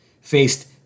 faced